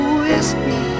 whiskey